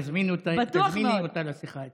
תזמיני אותה לכנסת לשיחה אצלי.